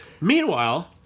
Meanwhile